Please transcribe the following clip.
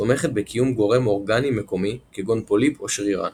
תומכת בקיום גורם אורגני מקומי כגון פוליפ או שרירן.